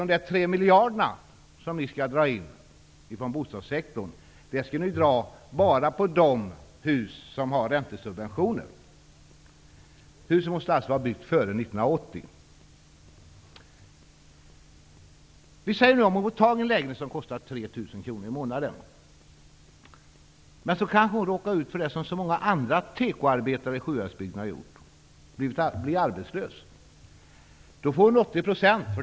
De 3 miljarder kronor som skall dras in från bostadssektorn skall dras t.ex. från de hus som har räntesubventioner. Huset måste alltså vara byggt före 1980. Vi säger att hon får tag på en lägenhet som kostar 3 000 kr i månaden. Men så råkar hon ut för det som så många andra tekoarbetare i Sjuhäradsbygden har gjort. Hon blir arbetslös. Då får hon 80 % i akassa.